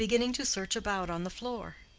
beginning to search about on the floor.